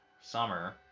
summer